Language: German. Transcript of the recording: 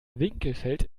winkelfeld